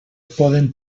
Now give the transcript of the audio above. poden